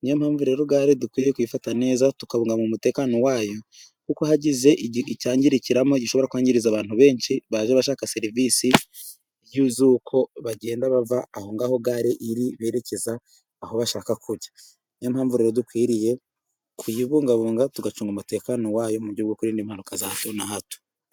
niyo mpamvu rero gare dukwiye kuyifata neza tukabunga umutekano wayo kuko hagize icyangirikiramo gishobora kwangiriza abantu benshi bajya bashaka serivisi z'uko bagenda bava aho ngaho gare iri berekeza aho bashaka kujya .Niyo mpamvu rero dukwiriye kuyibungabunga tugacunga umutekano wayo mu buryo bwo kuririnda impanuka zahato na hato.